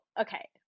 okay